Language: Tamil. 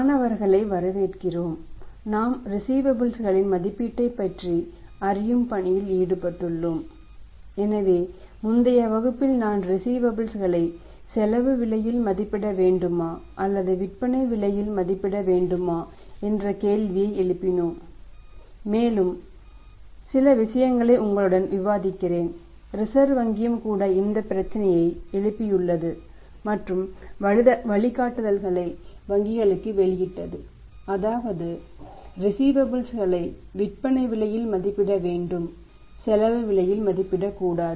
மாணவர்களை வரவேற்கிறோம் நாம் ரிஸீவபல்ஸ் களை விற்பனை விலையில் மதிப்பிடவேண்டும் செலவு விலையில் மதிப்பிடக்கூடாது